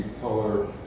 color